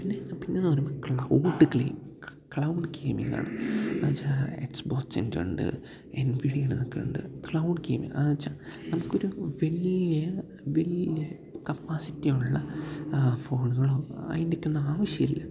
പിന്നെ പിന്നെയെന്നു പറയുമ്പോള് ക്ലൗഡ് ക്ലീ ക്ലൗഡ് ഗെയിമിംഗാണ് എന്നുവച്ചാല് എക്സ്ബോട്സിൻ്റെ ഉണ്ട് എൻ വിഡിയടെന്നൊക്കെയുണ്ട് ക്ലൗഡ് ഗെയിമിങ്ങെന്നുവച്ചാല് നമുക്കൊരു വലിയ വലിയ കപ്പാസിറ്റിയുള്ള ഫോണുകളോ അതിന്റെയൊക്കെയൊന്നും ആവശ്യമില്ല